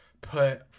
put